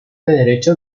derecho